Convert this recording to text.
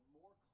more